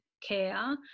care